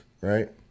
Right